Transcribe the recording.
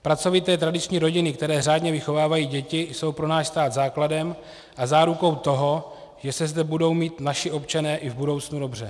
Pracovité tradiční rodiny, které řádně vychovávají děti, jsou pro náš stát základem a zárukou toho, že se zde budou mít naši občané i v budoucnu dobře.